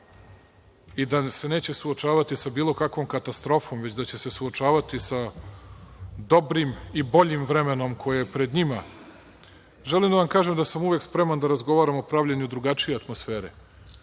i da se neće suočavati sa bilo kakvom katastrofom, već da će se suočavati sa dobrim i boljim vremenom koje je pred njima, želim da vam kažem da sam uvek spreman da razgovaram o pravljenju drugačije atmosfere,